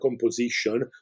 composition